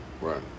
Right